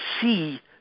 see